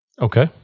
Okay